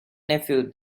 nephew